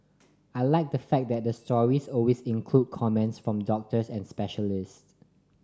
I like the fact that the stories always include comments from doctors and specialists